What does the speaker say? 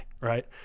Right